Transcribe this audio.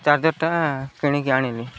ଚାର୍ଜର୍ଟା କିଣିକି ଆଣିଲି